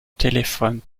téléphone